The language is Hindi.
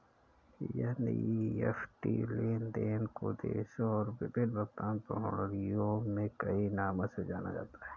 एन.ई.एफ.टी लेन देन को देशों और विभिन्न भुगतान प्रणालियों में कई नामों से जाना जाता है